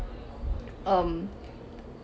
um